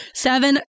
Seven